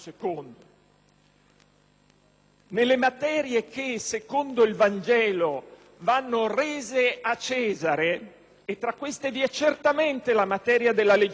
Nelle materie che, secondo il Vangelo, vanno «rese a Cesare» - e tra queste vi è certamente la materia della legislazione civile